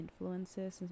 influences